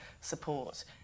support